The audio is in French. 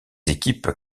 équipes